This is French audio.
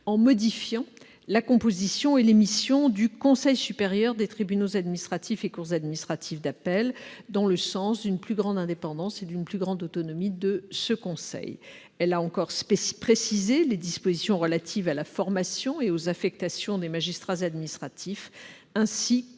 en modifiant la composition et les missions du Conseil supérieur des tribunaux administratifs et cours administratives d'appel dans le sens d'une plus grande indépendance et d'une plus grande autonomie de ce conseil. Cette ordonnance a encore précisé les dispositions relatives à la formation et aux affectations des magistrats administratifs, ainsi qu'à